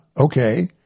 okay